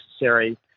necessary